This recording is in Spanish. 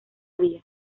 vía